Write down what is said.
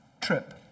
trip